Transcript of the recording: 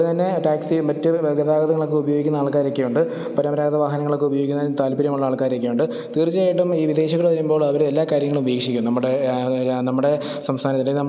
അതുപോലെതന്നെ ടാക്സി മറ്റു ഗതാഗതങ്ങളൊക്കെ ഉപയോഗിക്കുന്ന ആൾക്കാരൊക്കെയുണ്ട് പരമ്പരാഗത വാഹനങ്ങളൊക്കെ ഉപയോഗിക്കുന്നതിൽ താല്പര്യമുള്ള ആൾക്കാരൊക്കെയുണ്ട് തീർച്ചായായിട്ടും ഈ വിദേശികൾ വരുമ്പോൾ അവരെല്ലാ കാര്യങ്ങളും വീക്ഷിക്കും നമ്മുടെ നമ്മുടെ സംസ്ഥാനത്തല്ലേ